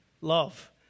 love